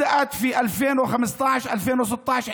2016-2015,